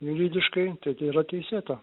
juridiškai tai tai yra teisėta